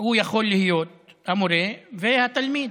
יכולים להיות המורה והתלמיד,